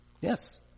Yes